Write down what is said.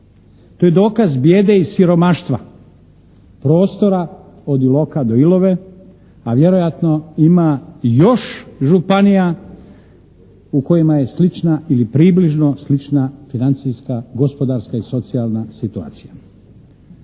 To je dokaz bijede i siromaštva prostora od Iloka do Ilove, a vjerojatno ima još županija u kojima je slična ili približno slična financijska, gospodarska i socijalna situacija.